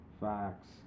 Facts